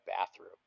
bathroom